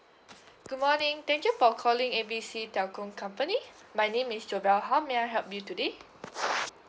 good morning thank you for calling A B C telco company my name is javal how may I help you today